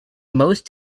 most